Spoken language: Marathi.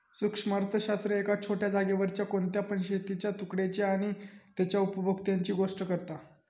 सूक्ष्म अर्थशास्त्र एका छोट्या जागेवरच्या कोणत्या पण शेतीच्या तुकड्याची आणि तेच्या उपभोक्त्यांची गोष्ट करता